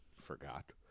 forgot